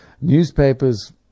Newspapers